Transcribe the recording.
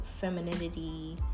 femininity